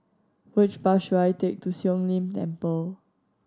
which bus should I take to Siong Lim Temple